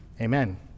amen